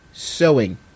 Sewing